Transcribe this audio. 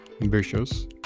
ambitious